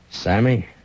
Sammy